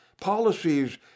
Policies